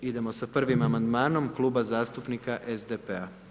Idemo sa prvim amandmanom Kluba zastupnika SDP-a.